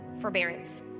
forbearance